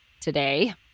today